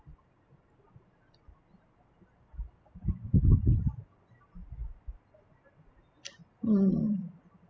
mm